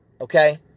okay